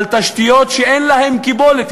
על תשתיות שאין להן קיבולת.